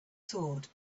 sword